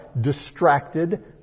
distracted